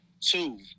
two